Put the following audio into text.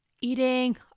eating